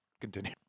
continue